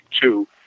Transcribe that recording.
Two